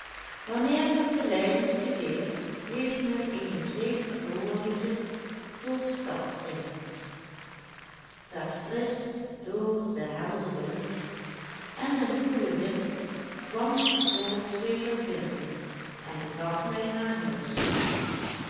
wanneer men te leiden studeert heeft men eene zekere voorliefde voor stadssingels verfrischt door de heldere lucht en den koelen wind kwam ik de poort weder binnen en begaf mij naar huis